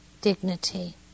dignity